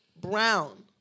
Brown